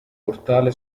portale